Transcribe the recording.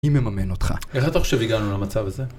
מי מממן אותך. איך אתה חושב שהגענו למצב הזה?